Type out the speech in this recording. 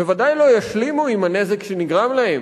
בוודאי לא ישלימו עם הנזק שנגרם להם,